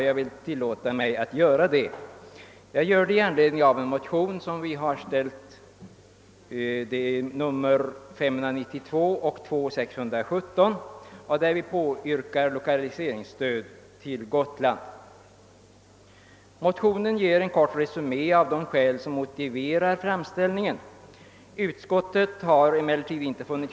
Jag tillåter mig nu att göra det i anslutning till de likalydande motionerna I: 592 och II: 617, i vilka vi har begärt lokaliseringsstöd till Gotland. Vi gör i motionerna en kort resumé av de skäl som motiverat vår framställning, men utskottet har inte funnit anledning tillstyrka motionerna.